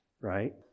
right